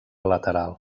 lateral